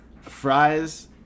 fries